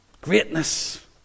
greatness